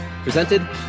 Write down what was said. presented